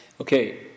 Okay